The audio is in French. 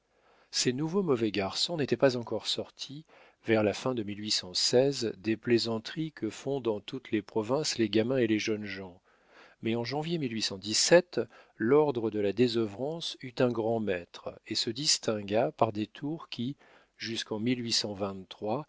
ces nouveaux mauvais garçons n'étaient pas encore sortis vers la fin de des plaisanteries que font dans toutes les provinces les gamins et les jeunes gens mais en janvier l'ordre de la désœuvrance eut un grand-maître et se distingua par des tours qui jusqu'en